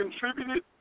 contributed